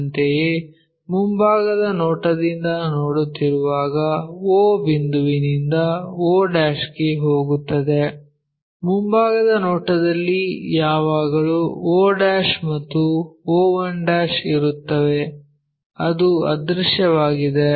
ಅಂತೆಯೇ ಮುಂಭಾಗದ ನೋಟದಿಂದ ನೋಡುತ್ತಿರುವಾಗ o ಬಿಂದುವಿನಿಂದ o ಗೆ ಹೋಗುತ್ತದೆ ಮುಂಭಾಗದ ನೋಟದಲ್ಲಿ ಯಾವಾಗಲೂ o ಮತ್ತು o1 ಇರುತ್ತವೆ ಅದು ಅದೃಶ್ಯವಾಗಿದೆ